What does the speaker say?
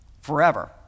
forever